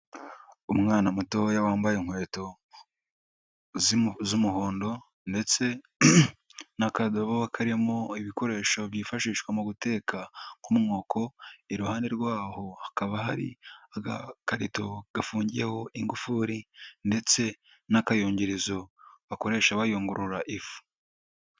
Umwana mutoya wambaye inkweto z'umuhondo ndetse n'akadobo karimo ibikoresho byifashishwa mu guteka, nk'umwuko, iruhande rwaho hakaba hari agakarito gafungiyeho ingufuri ndetse n'akayungirizo bakoresha bayungurura ifu.